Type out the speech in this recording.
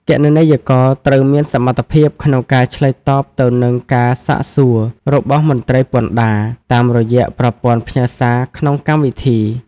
គណនេយ្យករត្រូវមានសមត្ថភាពក្នុងការឆ្លើយតបទៅនឹងការសាកសួររបស់មន្ត្រីពន្ធដារ តាមរយៈប្រព័ន្ធផ្ញើសារក្នុងកម្មវិធី។